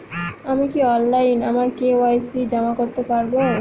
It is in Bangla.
আমি কি অনলাইন আমার কে.ওয়াই.সি জমা করতে পারব?